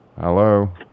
Hello